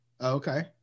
Okay